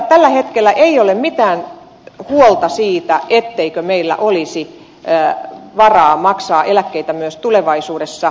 tällä hetkellä ei ole mitään huolta siitä etteikö meillä olisi varaa maksaa eläkkeitä myös tulevaisuudessa